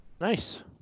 Nice